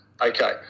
Okay